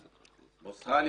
באוסטרליה,